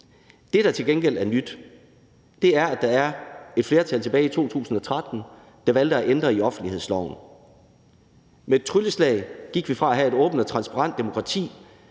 Det, der til gengæld er nyt, er, at der var et flertal tilbage i 2013, der valgte at ændre i offentlighedsloven. Med et trylleslag gik vi fra at have et åbent og transparent demokrati